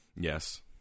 Yes